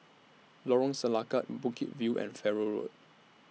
Lorong Selangat Bukit View and Farrer Road